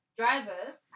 drivers